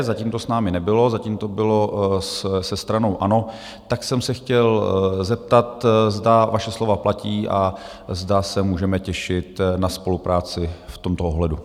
Zatím to s námi nebylo, zatím to bylo se stranou ANO, tak jsem se chtěl zeptat, zda vaše slova platí a zda se můžeme těšit na spolupráci v tomto ohledu.